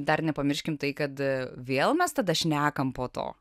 dar nepamirškim tai kad vėl mes tada šnekam po to